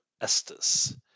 Estes